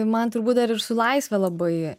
man turbūt dar ir su laisve labai